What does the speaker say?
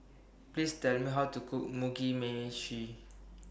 Please Tell Me How to Cook Mugi Meshi